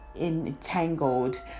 Entangled